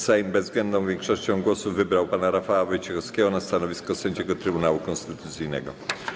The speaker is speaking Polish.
Sejm bezwzględną większością głosów wybrał pana Rafała Wojciechowskiego na stanowisko sędziego Trybunału Konstytucyjnego.